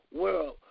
world